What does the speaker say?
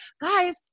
guys